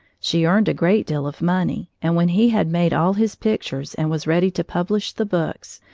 she earned a great deal of money, and when he had made all his pictures and was ready to publish the books,